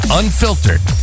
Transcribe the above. unfiltered